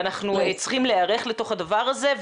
ואנחנו צריכים להיערך לתוך הדבר הזה.